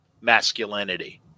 masculinity